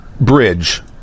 bridge